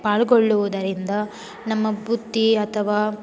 ಪಾಲ್ಗೊಳ್ಳುವುದರಿಂದ ನಮ್ಮ ಬುದ್ದಿಅಥವಾ